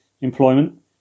employment